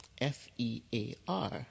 F-E-A-R